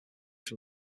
from